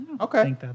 Okay